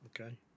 Okay